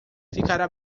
ficará